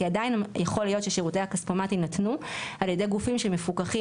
כי עדיין יכול להיות ששירותי הכספומט יינתנו על ידי גופים שמפוקחים,